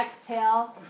Exhale